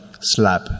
slap